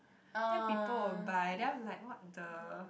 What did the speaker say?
people will buy then I'm like what the